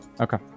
Okay